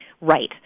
Right